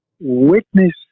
witness